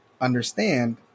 understand